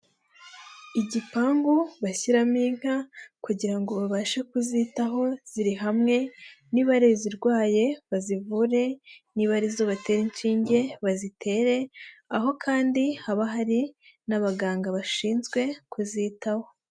Igipangu bashyiramo inka kugira ngo babashe kuzitaho ziri hamwe, niba ari izirwaye bazivure, niba ari zo batera inshinge bazitere, aho kandi haba hari n'abaganga bashinzwe kuzitaho.